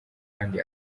kandi